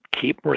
keep